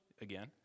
Again